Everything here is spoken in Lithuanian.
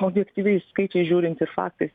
bet objektyviais skaičiais žiūrint ir faktais